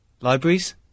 Libraries